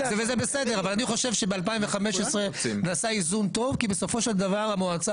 אבל אני חושב שב-2015 נעשה איזון טוב כי בסופו של דבר המועצה